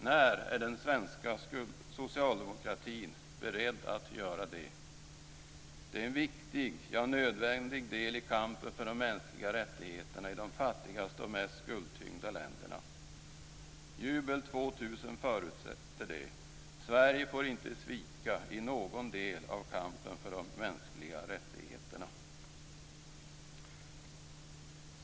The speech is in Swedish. När är den svenska socialdemokratin beredd att göra det? Det är en viktig, ja, nödvändig del i kampen för de mänskliga rättigheterna i de fattigaste och mest skuldtyngda länderna. Jubel 2000 förutsätter det. Sverige får inte svika i någon del i kampen för de mänskliga rättigheterna.